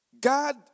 God